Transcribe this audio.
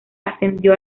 ascendió